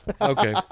okay